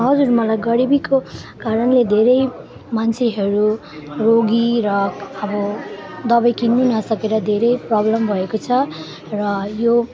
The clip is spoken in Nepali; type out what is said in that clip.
हजुर मलाई गरिबीको कारणले धेरै मान्छेहरू रोगी र अब दबाई किन्नु नसकेर धेरै प्रब्लम भएको छ र यो